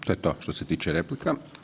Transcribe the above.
To je to što se tiče replika.